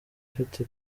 afite